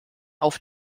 auf